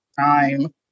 time